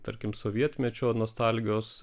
tarkim sovietmečio nostalgijos